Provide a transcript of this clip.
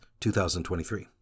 2023